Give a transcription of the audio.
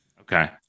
Okay